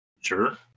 sure